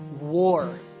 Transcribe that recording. war